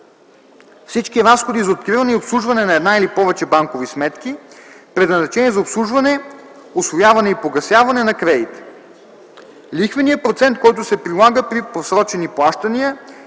всички разходи за откриване и обслужване на една или повече банкови сметки, предназначени за обслужване, усвояване и погасяване на кредита; - лихвеният процент, който се прилага при просрочени плащания,